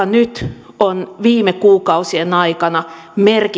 nyt on viime kuukausien aikana